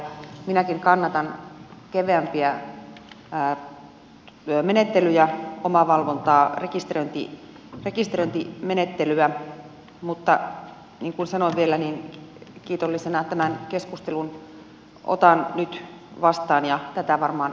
minäkin kannatan keveämpiä menettelyjä omavalvontaa rekisteröintimenettelyä mutta vielä niin kuin sanoin kiitollisena tämän keskustelun otan nyt vastaan ja tätä varmaan hallintovaliokunnassa jatketaan